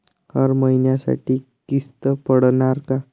हर महिन्यासाठी किस्त पडनार का?